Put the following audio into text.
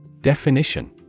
Definition